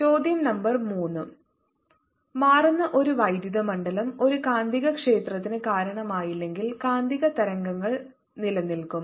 ചോദ്യം നമ്പർ 3 മാറുന്ന ഒരു വൈദ്യുത മണ്ഡലം ഒരു കാന്തികക്ഷേത്രത്തിന് കാരണമായില്ലെങ്കിൽ കാന്തിക തരംഗങ്ങൾ നിലനിൽക്കും